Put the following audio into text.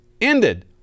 ended